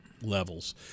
levels